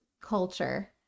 culture